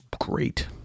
great